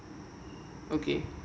okay